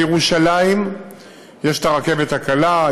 בירושלים יש הרכבת הקלה.